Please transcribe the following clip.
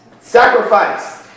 Sacrifice